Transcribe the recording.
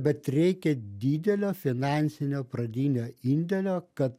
bet reikia didelio finansinio pradinio indėlio kad